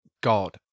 god